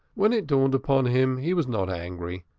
when it dawned upon him he was not angry,